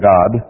God